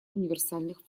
универсальных